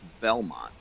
Belmont